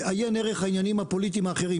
עיין ערך העניינים הפוליטיים האחרים,